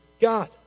God